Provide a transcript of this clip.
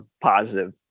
positive